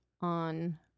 on